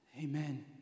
Amen